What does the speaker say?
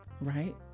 Right